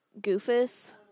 goofus